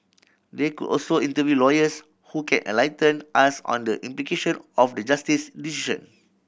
they could also interview lawyers who can enlighten us on the implication of the Justice's decision